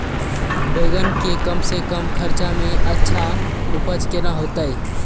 बेंगन के कम से कम खर्चा में अच्छा उपज केना होते?